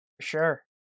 Sure